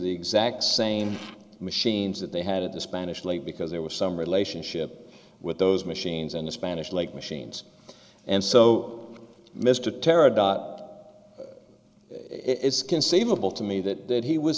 the exact same machines that they had at the spanish league because there was some relationship with those machines in the spanish lake machines and so mr terra dot it's conceivable to me that he was